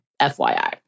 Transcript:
FYI